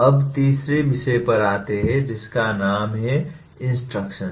अब तीसरे विषय पर आते हैं जिसका नाम है इंस्ट्रक्शन